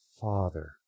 Father